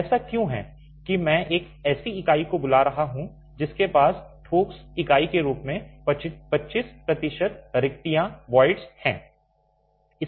ऐसा क्यों है कि मैं एक ऐसी इकाई को बुला रहा हूं जिसके पास ठोस इकाई के रूप में 25 प्रतिशत रिक्तियों हैं